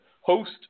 Host